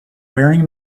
wearing